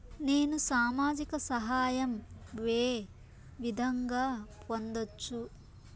నేను సామాజిక సహాయం వే విధంగా పొందొచ్చు?